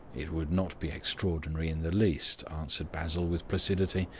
it would not be extraordinary in the least, answered basil, with placidity.